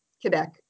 Quebec